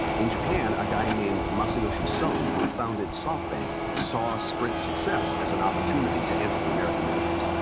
in japan, a guy named masayoshi son who founded softbank, saw sprint's success as an opportunity to enter the american market.